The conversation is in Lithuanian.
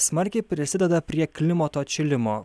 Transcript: smarkiai prisideda prie klimato atšilimo